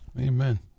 Amen